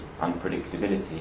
unpredictability